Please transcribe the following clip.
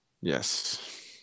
Yes